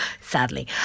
Sadly